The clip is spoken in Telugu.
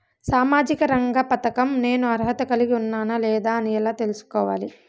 సామాజిక రంగ పథకం నేను అర్హత కలిగి ఉన్నానా లేదా అని ఎలా తెల్సుకోవాలి?